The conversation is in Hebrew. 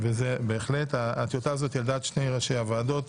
ובהחלט הטיוטה הזאת על דעת שני ראשי הוועדות,